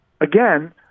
again